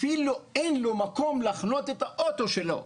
אפילו אין לו מקום להחנות את הרכב שלו.